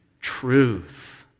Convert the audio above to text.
truth